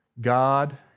God